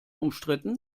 umstritten